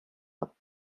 but